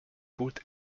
put